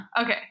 Okay